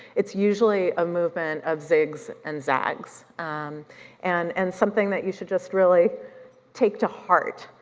it's usually a movement of zigs and zags and and something that you should just really take to heart